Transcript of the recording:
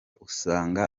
usanga